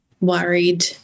worried